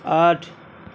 آٹھ